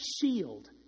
shield